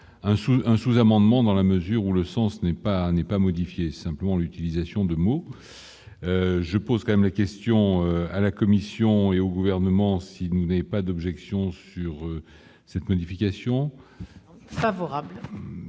un sous-amendement dans la mesure où le sens n'est pas n'est pas modifié simplement l'utilisation de mots, je pose quand même la question à la Commission et au gouvernement s'il n'est pas d'objections sur cette modification, très bien